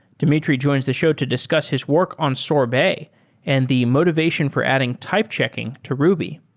dmitry joins the show to discuss his work on sorbet and the motivation for adding type checking to ruby.